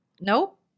Nope